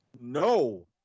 No